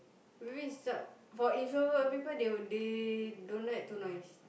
reach out for introvert people they would they don't like to noise